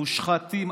מושחתים.